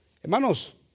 hermanos